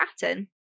pattern